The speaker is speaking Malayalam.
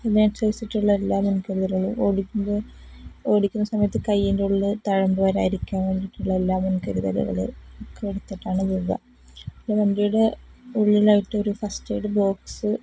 അതിനനുസരിച്ചിട്ടുള്ള എല്ലാ മുൻകരുതലുകളും ഓടിക്കുന്ന സമയത്ത് കയ്യിൻ്റെയുള്ളില് തഴമ്പ് വരാതിരിക്കാൻ വേണ്ടിയിട്ടുള്ള എല്ലാ മുൻകരുതലുകള് അതൊക്കെ എടുത്തിട്ടാണ് പോവുക പിന്നെ വണ്ടിയുടെ ഉള്ളിലായിട്ടൊരു ഫസ്റ്റ് എയ്ഡ് ബോക്സ്